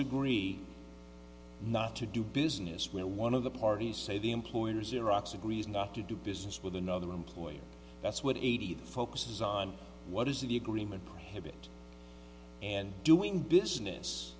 agree not to do business where one of the parties say the employer xerox agrees not to do business with another employer that's what eighty focuses on what is the agreement prohibit and doing business